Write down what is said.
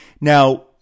Now